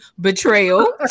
Betrayal